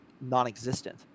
non-existent